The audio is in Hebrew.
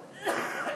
רבותי,